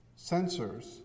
sensors